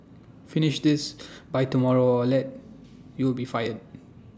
finish this by tomorrow or else you will be fired